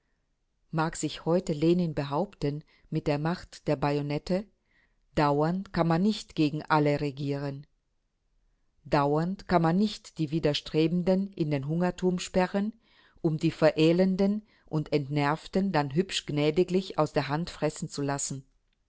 mag sich heute lenin behaupten mit der macht der bajonette dauernd kann man nicht gegen alle regieren dauernd kann man nicht die widerstrebenden in den hungerturm sperren um die verelendeten und entnervten dann hübsch gnädiglich aus der hand fressen zu lassen